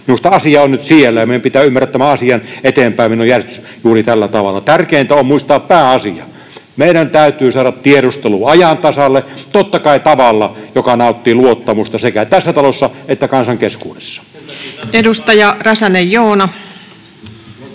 Minusta asia on nyt siellä, ja meidän pitää ymmärtää tämän asian eteenpäinmenon järjestys juuri tällä tavalla. Tärkeintä on muistaa pääasia: meidän täytyy saada tiedustelu ajan tasalle, totta kai tavalla, joka nauttii luottamusta sekä tässä talossa että kansan keskuudessa. [Speech 108] Speaker: Joona